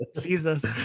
Jesus